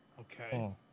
Okay